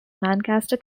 lancaster